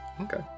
Okay